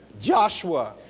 Joshua